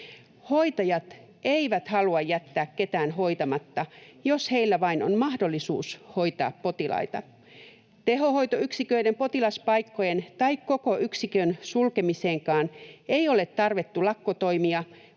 Hoitajat eivät halua jättää ketään hoitamatta, jos heillä vain on mahdollisuus hoitaa potilaita. Tehohoitoyksiköiden potilaspaikkojen tai koko yksikön sulkemiseenkaan ei ole tarvittu lakkotoimia,